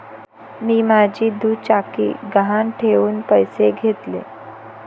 मी माझी दुचाकी गहाण ठेवून पैसे घेतले